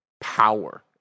power